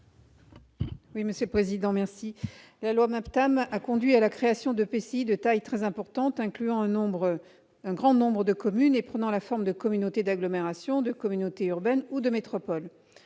à Mme Catherine Di Folco. La loi MAPTAM a conduit à la création d'EPCI de taille très importante, incluant un grand nombre de communes et prenant la forme de communauté d'agglomération, de communauté urbaine ou de métropole.